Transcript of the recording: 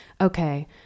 okay